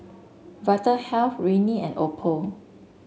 Vitahealth Rene and Oppo